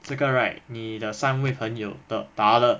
这个 right 你的三位朋友的答了